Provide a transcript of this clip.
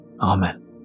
Amen